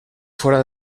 fora